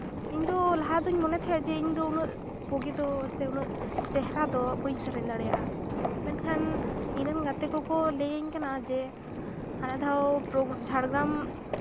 ᱤᱧᱫᱚ ᱞᱟᱦᱟ ᱫᱩᱧ ᱢᱚᱱᱮ ᱛᱟᱦᱮᱸᱜ ᱡᱮ ᱤᱧᱫᱚ ᱩᱱᱟᱹᱜ ᱵᱳᱜᱮ ᱫᱚ ᱥᱮ ᱩᱱᱟᱹᱜ ᱪᱮᱦᱨᱟ ᱫᱚ ᱵᱟᱹᱧ ᱥᱮᱨᱮᱧ ᱫᱟᱲᱮᱭᱟᱜᱼᱟ ᱢᱮᱱᱠᱷᱟᱱ ᱤᱧᱨᱮᱱ ᱜᱟᱛᱮ ᱠᱚᱠᱚ ᱞᱟᱹᱭᱟᱹᱧ ᱠᱟᱱᱟ ᱡᱮ ᱦᱟᱱᱟᱫᱷᱟᱣ ᱡᱷᱟᱲᱜᱨᱟᱢ